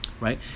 right